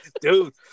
Dude